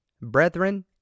Brethren